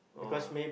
oh